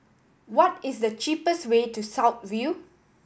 what is the cheapest way to South View